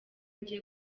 ngiye